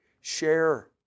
share